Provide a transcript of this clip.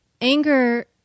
Anger